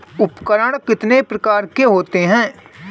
उपकरण कितने प्रकार के होते हैं?